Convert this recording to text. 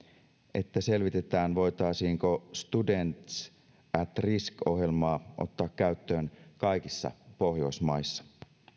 että selvitetään voitaisiinko students at risk ohjelma ottaa käyttöön kaikissa pohjoismaissa